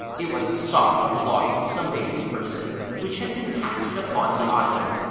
it was a stocking belonging to some bathing person which had been cast upon the island,